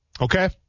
okay